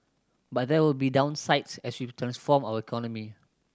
but there will be downsides as we transform our economy